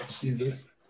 Jesus